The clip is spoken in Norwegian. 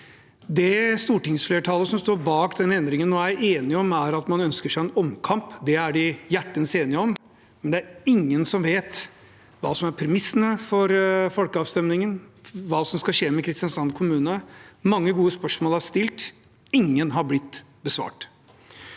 innbyggerhøring) 799 som står bak endringen nå er enige om, er at man ønsker seg en omkamp. Det er de hjertens enige om, men det er ingen som vet hva som er premissene for folkeavstemningen, hva som skal skje med Kristiansand kommune. Mange gode spørsmål er stilt, ingen har blitt besvart.